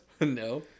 No